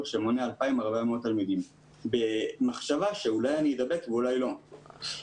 שמונה 2,400 תלמידים במחשבה שאולי אדבק ואולי לא.